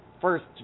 first